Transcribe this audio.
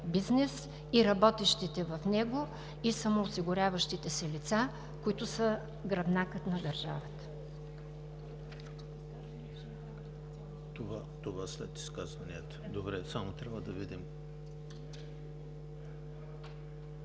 бизнес, и работещите в него, и самоосигуряващите се лица, които са гръбнакът на държавата.